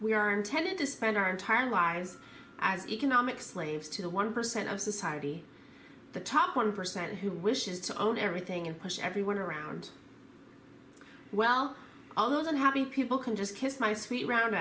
we are intended to spend our entire lives as economic slaves to the one percent of society the top one percent who wishes to own everything and push everyone around well all those unhappy people can just kiss my sweet round